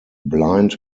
blind